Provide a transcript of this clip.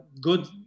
good